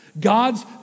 God's